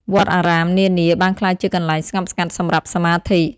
វត្តអារាមនានាបានក្លាយជាកន្លែងស្ងប់ស្ងាត់សម្រាប់សមាធិ។